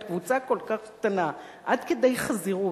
קבוצה כל כך קטנה עד כדי חזירות,